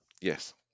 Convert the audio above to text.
Yes